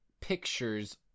pictures